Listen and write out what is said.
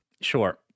Sure